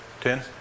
Ten